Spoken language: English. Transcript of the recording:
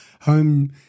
home